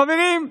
חברים,